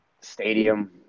stadium